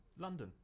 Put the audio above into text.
London